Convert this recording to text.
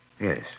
Yes